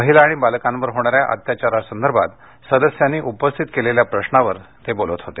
महिला आणि बालकांवर होणाऱ्या अत्याचारासंदर्भात सदस्यांनी उपस्थित केलेल्या प्रश्नावर ते बोलत होते